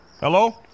Hello